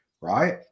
right